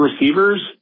receivers